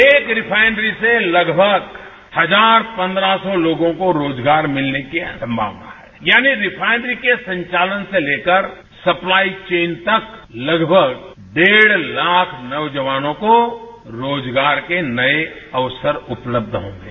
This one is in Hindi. एक रिफाइनरी से लगभग हजार पन्द्रह सौ लोगों को रोजगार मिलने की संभावना है यानि रिफाइनरी के संचालन से लेकरसप्लाई चेन तक लगभग डेढ़ लाख नौजवानों को रोजगार के नये अवसर उपलब्ध होंगे